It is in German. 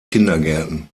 kindergärten